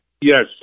Yes